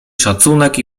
szacunek